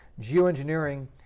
Geoengineering